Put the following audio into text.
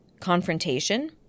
Confrontation